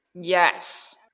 yes